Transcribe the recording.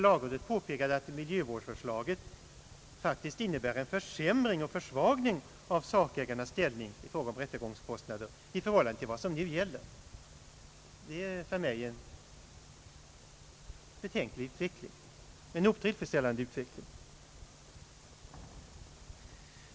Lagrådet påpekade att miljövårdsförslaget faktiskt innebär en försämring och försvagning av sakägarens ställning i fråga om rättegångskostnader i förhållande till vad som nu gäller. Det är för mig en betänklig utveckling.